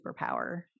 superpower